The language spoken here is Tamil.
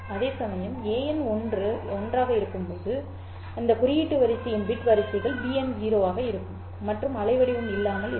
அதேசமயம் an 1 நினைவில் இருக்கும்போது இவை குறியீட்டு வரிசையின் பிட் வரிசைமுறைகள் bn 0 ஆக இருக்கும் மற்றும் அலைவடிவம் இல்லாமல் இருக்கும்